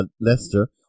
Leicester